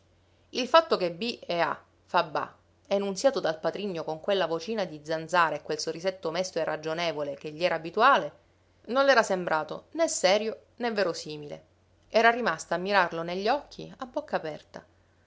il fatto che b e a fa ba enunziato dal patrigno con quella vocina di zanzara e quel sorrisetto mesto e ragionevole che gli era abituale non le era sembrato né serio né verosimile era rimasta a mirarlo negli occhi a bocca aperta